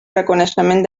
reconeixement